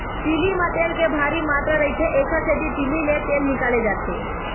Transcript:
तिली म तेल के भारी मातरा रहिथे, एकर सेती तिली ले तेल निकाले जाथे